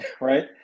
right